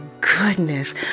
goodness